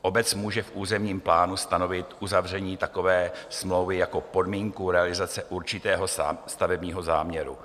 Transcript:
Obec může v územním plánu stanovit uzavření takové smlouvy jako podmínku realizace určitého stavebního záměru.